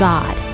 God